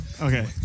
Okay